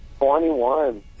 21